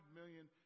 million